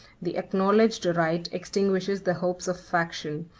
the acknowledged right extinguishes the hopes of faction,